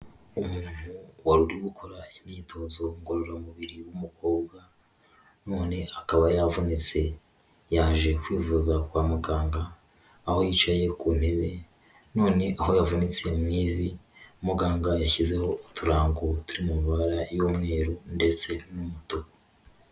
Umuntu wari uri gukora imyitozo ngororamubiri w'umukobwa, none akaba yavunitse, yaje kwivuza kwa muganga, aho yicaye ku ntebe, none aho yavunitse mu ivi, muganga yashyizeho uturango turi mu mabara y'umweru ndetse n'umutuku.